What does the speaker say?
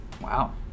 Wow